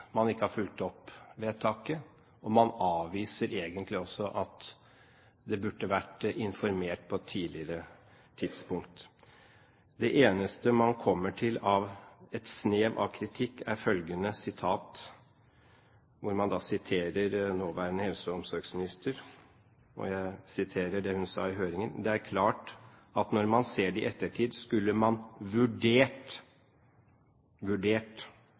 man ikke har fulgt opp vedtaket, man avviser egentlig også at det burde vært informert om på et tidligere tidspunkt. Det eneste snev av kritikk er følgende sitat – man siterer nåværende helse- og omsorgsminister i høringen: «Det er klart at når man ser det i ettertid, skulle man vurdert